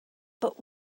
but